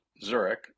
Zurich